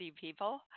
people